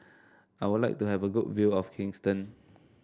I would like to have a good view of Kingston